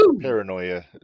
paranoia